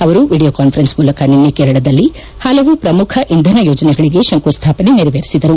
ಅವರು video conference ಮೂಲಕ ನಿನ್ನೆ ಕೇರಳದಲ್ಲಿ ಹಲವು ಪ್ರಮುಖ ಇಂಧನ ಯೋಜನೆಗಳಿಗೆ ಶಂಕುಸ್ಥಾಪನೆ ನೆರವೇರಿಸಿದರು